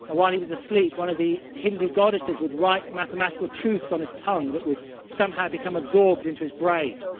while he was asleep, one of the hindu goddesses would write mathematical truths on his tongue that would somehow become absorbed into his brain.